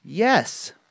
Yes